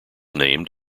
named